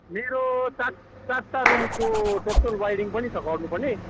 मेरो चार चारवटा रुमको टोटल वाइरिङ पनि छ गर्नुपर्ने